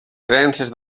creences